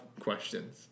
questions